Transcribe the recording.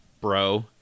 Bro